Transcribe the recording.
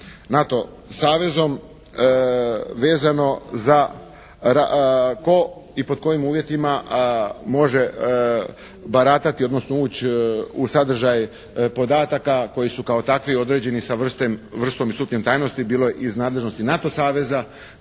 NATO savezom vezano za tko i pod kojim uvjetima može baratati, odnosno ući u sadržaj podataka koji su kao takvi određeni sa vrstom i stupnjem tajnosti bilo iz nadležnosti NATO saveza,